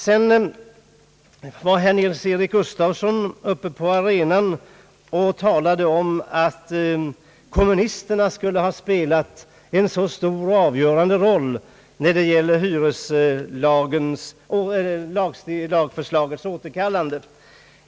Herr Nils-Eric Gustafsson var uppe på arenan och talade om att kommunisterna skulle ha spelat en så stor och avgörande roll vid hyreslagförslagets återkallande.